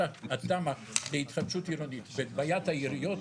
התמ"א וההתחדשות העירונית ואת בעיית העיריות,